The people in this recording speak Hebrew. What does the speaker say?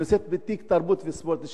שנושאת בתיק התרבות והספורט,